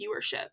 viewership